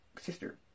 sister